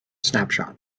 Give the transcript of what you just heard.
snapshot